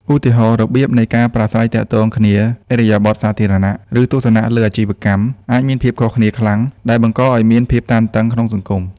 ឧទាហរណ៍ របៀបនៃការប្រាស្រ័យទាក់ទងគ្នា ឥរិយាបថសាធារណៈ ឬទស្សនៈលើអាជីវកម្មអាចមានភាពខុសគ្នាខ្លាំង ដែលបង្កឲ្យមានភាពតានតឹងក្នុងសង្គម។